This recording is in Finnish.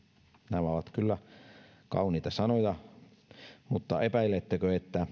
nämä ovat kyllä kauniita sanoja mutta epäilettekö